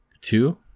two